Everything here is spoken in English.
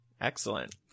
Excellent